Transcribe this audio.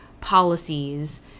policies